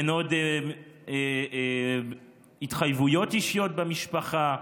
אין עוד התחייבויות אישיות במשפחה.